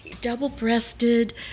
double-breasted